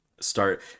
start